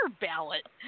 Ballot